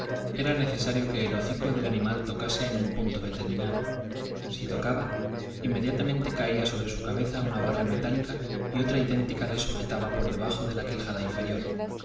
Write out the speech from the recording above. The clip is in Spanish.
era necesario que el hocico del animal tocase en un punto determinado si tocaba inmediatamente caía sobre su cabeza una barra metálica y otra idéntica le sujetaba por debajo de la quijada inferior